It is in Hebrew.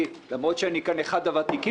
למרות שאני כאן אחד הוותיקים,